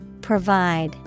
Provide